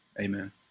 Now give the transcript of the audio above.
Amen